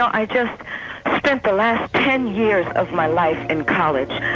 i just spent the last ten years of my life in college,